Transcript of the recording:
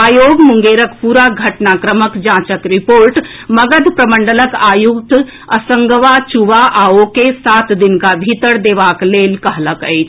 आयोग मुंगेरक पूरा घटनाक्रमक जांचक रिपोर्ट मगध प्रमंडलक आयुक्त असंगवा चुबा आओ के सात दिनक भीतर देबाक लेल कहलक अछि